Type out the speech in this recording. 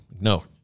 No